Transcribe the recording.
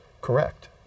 correct